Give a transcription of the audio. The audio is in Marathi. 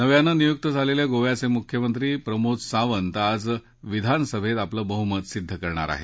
नव्यानं नियुक झालेले गोव्याचे मुख्यमंत्री प्रमोद सावंत आज विधानसभेत आपलं बहुमत सिद्ध करणार आहेत